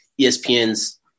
ESPN's